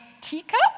teacup